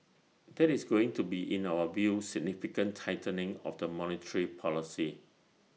that is going to be in our view significant tightening of the monetary policy